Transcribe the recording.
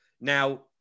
now